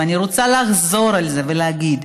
ואני רוצה לחזור על זה ולהגיד: